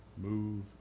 move